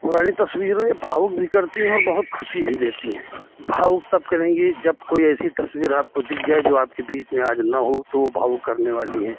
पुरानी तस्वीरें भावुक भी करती हैं और बहुत खुशी भी देती हैं भावुक तब करेंगी जब कोई ऐसी तस्वीर आपको दिख जाए जो आपके बीच में आज ना हो तो वो भावुक करने वाली हैं